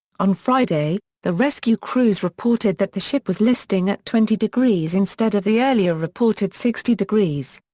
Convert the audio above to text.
on friday, the rescue crews reported that the ship was listing at twenty degrees instead of the earlier reported sixty degrees.